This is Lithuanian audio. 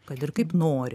kad ir kaip nori